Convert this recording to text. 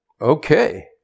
Okay